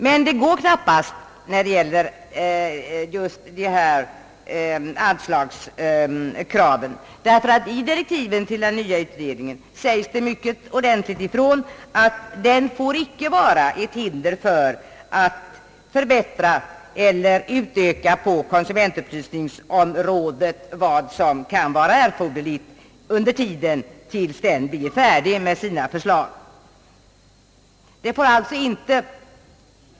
Det går dock knappast när det gäller detta anslagskrav, ty i di rektiven till den nya utredningen sägs mycket ordentligt ifrån, att den inte får vara ett hinder för att förbättra eller utöka konsumentupplysningen efter vad som kan vara erforderligt under tiden tills utredningen blir färdig med sina förslag.